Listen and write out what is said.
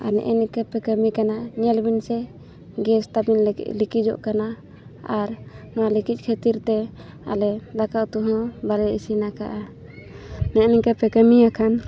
ᱟᱨ ᱱᱮᱜᱼᱮ ᱱᱮᱠᱟᱯᱮ ᱠᱟᱹᱢᱤ ᱠᱟᱱᱟ ᱧᱮᱞ ᱵᱤᱱ ᱥᱮ ᱜᱮᱥ ᱛᱟᱵᱤᱱ ᱞᱤᱠᱮᱡᱽ ᱼᱚᱜ ᱠᱟᱱᱟ ᱟᱨ ᱱᱚᱣᱟ ᱞᱤᱠᱮᱡᱽ ᱠᱷᱟᱹᱛᱤᱨ ᱛᱮ ᱟᱞᱮ ᱫᱟᱠᱟᱼᱩᱛᱩ ᱦᱚᱸ ᱵᱟᱞᱮ ᱤᱥᱤᱱ ᱟᱠᱟᱫᱼᱟ ᱱᱮᱜᱼᱮ ᱱᱮᱠᱟᱹᱯᱮ ᱠᱟᱹᱢᱤᱭᱟ ᱠᱷᱟᱱ